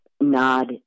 nod